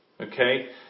Okay